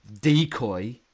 decoy